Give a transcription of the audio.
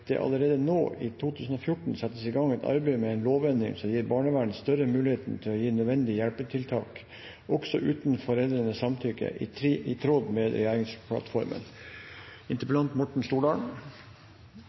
det allerede nå i 2014 settes i gang et arbeid med en lovendring som gir barnevernet større mulighet til å gi nødvendige hjelpetiltak også uten foreldrenes samtykke – i tråd med regjeringsplattformen?